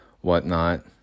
whatnot